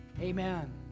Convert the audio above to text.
Amen